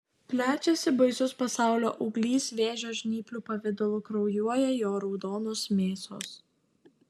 plečiasi baisus pasaulio auglys vėžio žnyplių pavidalu kraujuoja jo raudonos mėsos